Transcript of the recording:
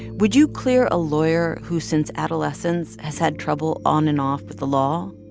would you clear a lawyer who, since adolescence, has had trouble on and off with the law?